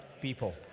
people